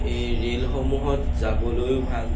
এই ৰে'লসমূহত যাবলৈও ভাল